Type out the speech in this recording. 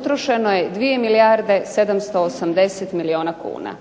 utrošeno je 2 milijarde 780 milijuna kuna.